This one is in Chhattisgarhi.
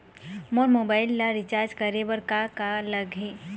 मोर मोबाइल ला रिचार्ज करे बर का का लगही?